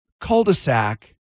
cul-de-sac